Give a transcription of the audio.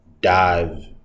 dive